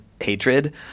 hatred